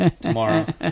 tomorrow